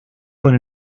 con